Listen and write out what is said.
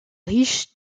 riches